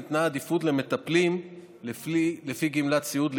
ניתנה עדיפות להתחסנות למטפלים לפי גמלת סיעוד.